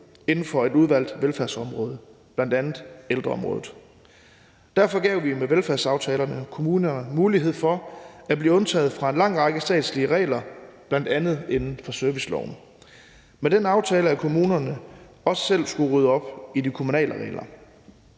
inden for et udvalgt velfærdsområde, bl.a. ældreområdet. Derfor gav vi med velfærdsaftalerne kommuner mulighed for at blive undtaget fra en lang række statslige regler, bl.a. inden for serviceloven, med den aftale, at kommunerne også selv skulle rydde op i de kommunale regler.